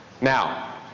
Now